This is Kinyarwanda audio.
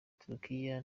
turukiya